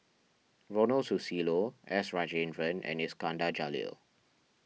Ronald Susilo S Rajendran and Iskandar Jalil